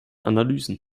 analysen